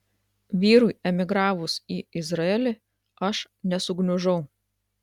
vyrui emigravus į izraelį aš nesugniužau